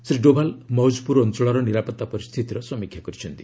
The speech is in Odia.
ଶ୍ରୀ ଡୋଭାଲ ମୌଜପୁର ଅଞ୍ଚଳର ନିରାପତ୍ତା ପରିସ୍ଥିତିର ସମୀକ୍ଷା କରିଛନ୍ତି